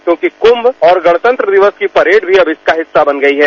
क्योंकि कुम्भ और गणतंत्र दिवस की परेड भी अब इसका हिस्सा बन गई है